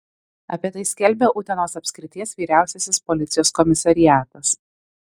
apie tai skelbia utenos apskrities vyriausiasis policijos komisariatas